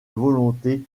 volonté